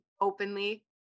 openly